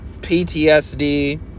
PTSD